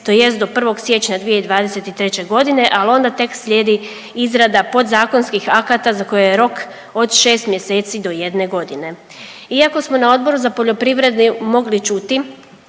tj. do 1. siječnja 2023. godine, al onda tek slijedi izrada podzakonskih akata za koje je rok od 6 mjeseci do 1 godine. Iako smo na Odboru za poljoprivredu mogli čuti